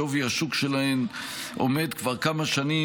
שווי השוק שלהן עומד כבר כמה שנים,